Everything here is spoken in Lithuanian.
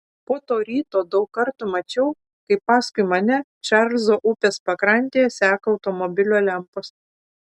po to ryto daug kartų mačiau kaip paskui mane čarlzo upės pakrantėje seka automobilio lempos